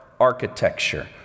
architecture